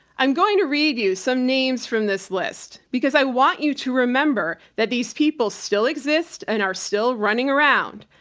i'm going to read you some names from this list because i want you to remember that these people still exist and are still running around.